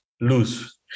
Luz